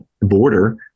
border